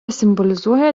simbolizuoja